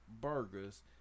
burgers